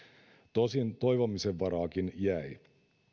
tosin toivomisen varaakin jäi